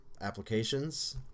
applications